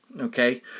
Okay